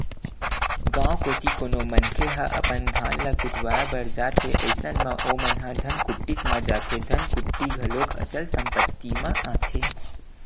गाँव कोती कोनो मनखे ह अपन धान ल कुटावय बर जाथे अइसन म ओमन ह धनकुट्टीच म जाथे धनकुट्टी घलोक अचल संपत्ति म आथे